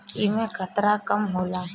एमे खतरा कम होला